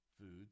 foods